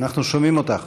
אנחנו שומעים אותך.